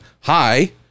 hi